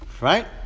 right